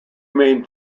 main